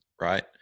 right